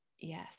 Yes